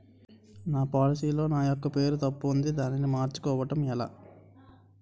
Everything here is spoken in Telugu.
నా పోలసీ లో నా యెక్క పేరు తప్పు ఉంది దానిని మార్చు కోవటం ఎలా?